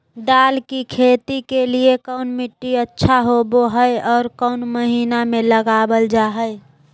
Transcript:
दाल की खेती के लिए कौन मिट्टी अच्छा होबो हाय और कौन महीना में लगाबल जा हाय?